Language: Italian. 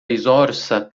risorsa